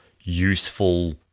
useful